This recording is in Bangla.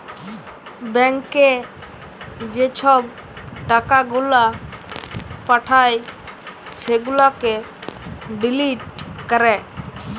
ব্যাংকে যে ছব টাকা গুলা পাঠায় সেগুলাকে ডিলিট ক্যরে